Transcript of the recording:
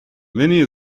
many